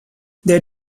their